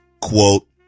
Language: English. Quote